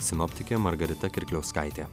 sinoptikė margarita kirkliauskaitė